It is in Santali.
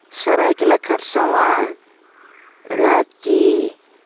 ᱥᱚᱨᱟᱭᱠᱮᱞᱞᱟ ᱠᱷᱚᱨᱥᱚᱣᱟ ᱨᱟᱺᱪᱤ